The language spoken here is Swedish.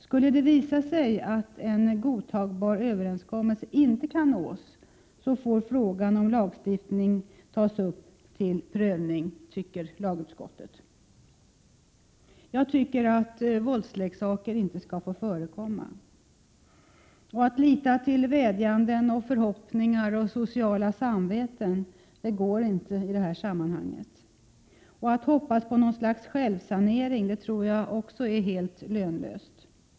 Skulle det visa sig att en godtagbar överenskommelse inte kan nås får frågan om lagstiftning tas upp till prövning, säger lagutskottet. Jag tycker att våldsleksaker inte skall få förekomma. Att lita till vädjanden, förhoppningar och sociala samveten går inte i detta sammanhang, och att hoppas på något slags självsanering tror jag också är helt lönlöst.